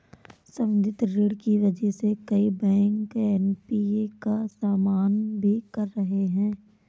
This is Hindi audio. संवर्धित ऋण की वजह से कई बैंक एन.पी.ए का सामना भी कर रहे हैं